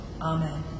Amen